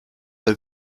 bei